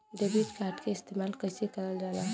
Debit card के इस्तेमाल कइसे करल जाला?